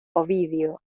ovidio